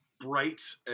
bright